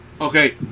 Okay